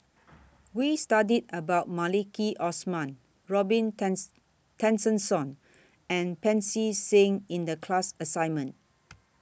We studied about Maliki Osman Robin Tessensohn and Pancy Seng in The class assignment